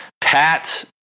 Pat